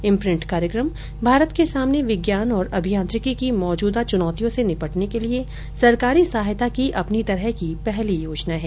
imprint कार्यक्रम भारत को सामने विज्ञान और अभियांत्रिकी की मौजूद चुनौतियों से निपटने के लिए सरकारी सहायता की अपनी तरह की पहली योजना है